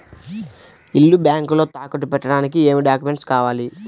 ఇల్లు బ్యాంకులో తాకట్టు పెట్టడానికి ఏమి డాక్యూమెంట్స్ కావాలి?